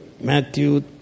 Matthew